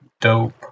dope